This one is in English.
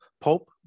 pope